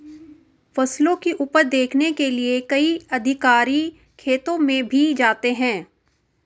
फसलों की उपज देखने के लिए कई अधिकारी खेतों में भी जाते हैं